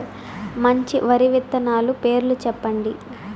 మంచి వరి విత్తనాలు పేర్లు చెప్పండి?